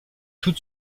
tout